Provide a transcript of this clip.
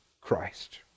Christ